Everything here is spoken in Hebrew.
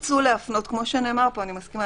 כמו שנאמר פה, אני מסכימה.